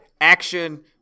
action